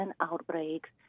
outbreaks